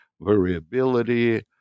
variability